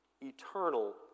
eternal